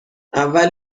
اول